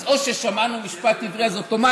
אז או ששמענו "משפט עברי" אז אוטומטית,